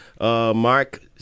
Mark